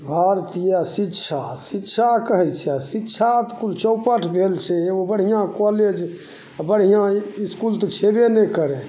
हल छिए शिक्षा आओर शिक्षा कहै छै आओर शिक्षा कुल चौपट भेल छै एगो बढ़िआँ कॉलेज आओर बढ़िआँ इसकुल तऽ छेबे नहि करै